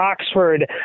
Oxford